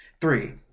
three